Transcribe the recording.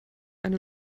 eine